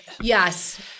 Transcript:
Yes